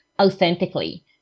authentically